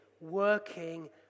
working